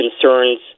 concerns